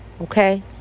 Okay